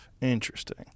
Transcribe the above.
Interesting